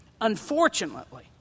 Unfortunately